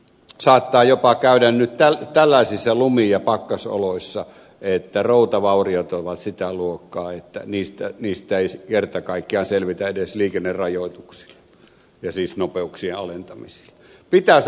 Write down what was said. saattaa jopa käydä tällaisissa lumi ja pakkasoloissa että routavauriot ovat sitä luokkaa että niistä ei kerta kaikkiaan selvitä edes liikennerajoituksilla ja nopeuksien alentamisilla